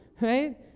right